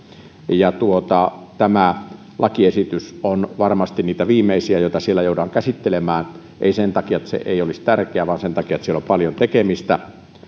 ja tämä lakiesitys on varmasti niitä viimeisiä joita siellä joudutaan käsittelemään ei sen takia että se ei olisi tärkeä vaan sen takia että siellä on paljon tekemistä